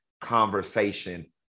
conversation